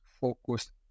focus